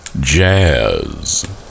Jazz